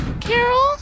Carol